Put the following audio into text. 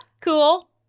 Cool